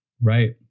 Right